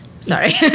Sorry